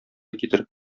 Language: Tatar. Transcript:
китереп